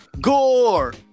Gore